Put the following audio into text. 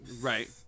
Right